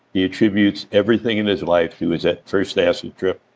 he attributes everything in his life to his ah first acid trip